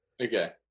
Okay